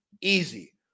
Easy